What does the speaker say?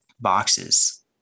boxes